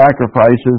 sacrifices